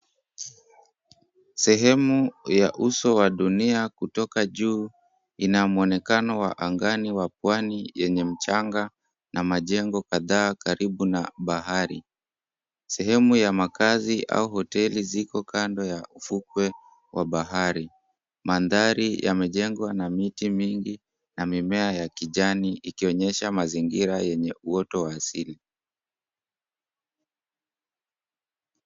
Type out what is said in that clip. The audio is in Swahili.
Sehemu ya uso wa dunia kutoka juu ina mwonekano wa angani wa pwani yenye mchanga na majengo kadhaa karibu na bahari. Sehemu ya makazi au hoteli ziko kando ya vukwe wa bahari. Mandhari yamejengwa na miti mingi na mimea ya kijani ikionyesha mazingira yenye asili.